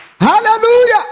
Hallelujah